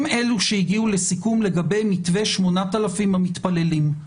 אלה שהגיעו לסיכום לגבי מתווה 8,000 המתפללים.